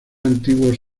antiguos